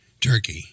Turkey